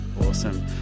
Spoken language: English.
awesome